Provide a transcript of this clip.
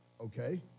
okay